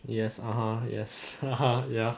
yes (uh huh) yes (uh huh) ya